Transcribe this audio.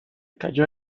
cayó